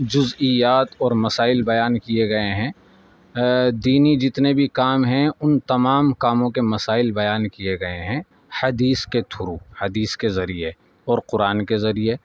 جزئیات اور مسائل بیان کیے گئے ہیں دینی جتنے بھی کام ہیں ان تمام کاموں کے مسائل بیان کیے گئے ہیں حدیث کے تھرو حدیث کے ذریعے اور قرآن کے ذریعے